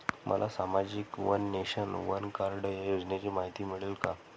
मला सामाजिक one nation, one card या योजनेची माहिती मिळेल का?